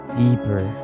deeper